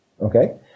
Okay